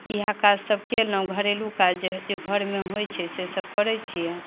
इहे काज सभ केलहुँ घरेलू काज जे होइ छै घरमे होइ छै से सभ करै छियै